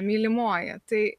mylimoji tai